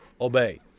obey